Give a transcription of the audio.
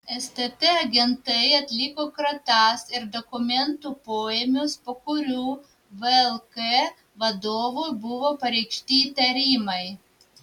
stt agentai atliko kratas ir dokumentų poėmius po kurių vlk vadovui buvo pareikšti įtarimai